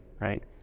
right